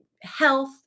health